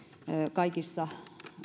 kaikissa